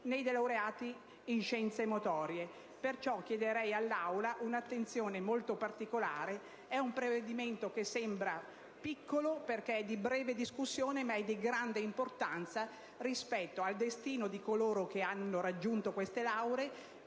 né dei laureati in scienze motorie. Perciò chiederei all'Assemblea una attenzione molto particolare. È un provvedimento che sembra piccolo perché di breve discussione, ma è di grande importanza rispetto al destino di coloro che hanno raggiunto queste lauree